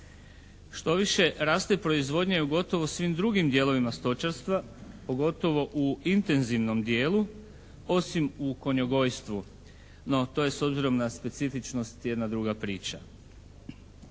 štoviše raste proizvodnja u gotovo svim drugim dijelovima stočarstva pogotovo u intenzivnom dijelu osim u konjogojstvu, no to je s obzirom na specifičnost jedna druga priča.